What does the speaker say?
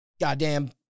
goddamn